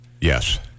Yes